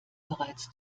bereits